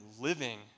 living